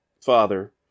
father